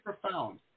profound